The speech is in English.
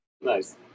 nice